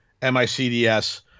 MICDS